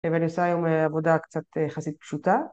מנסה היום עבודה קצת יחסית פשוטה